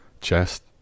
chest